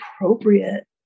appropriate